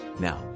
Now